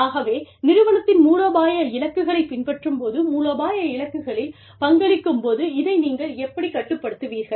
ஆகவே நிறுவனத்தின் மூலோபாய இலக்குகளைப் பின்பற்றும் போது மூலோபாய இலக்குகளில் பங்களிக்கும் போது இதை நீங்கள் எப்படிக் கட்டுப்படுத்துவீர்கள்